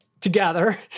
together